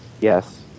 yes